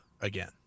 again